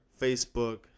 facebook